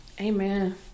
Amen